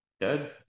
Good